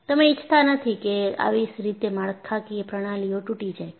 તમે ઇચ્છતા નથી કે આવી રીતે માળખાકીય પ્રણાલીઓ તૂટી જાય છે